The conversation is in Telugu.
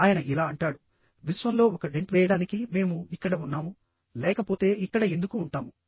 ఆయన ఇలా అంటాడు విశ్వంలో ఒక డెంట్ వేయడానికి మేము ఇక్కడ ఉన్నాము లేకపోతే ఇక్కడ ఎందుకు ఉంటాము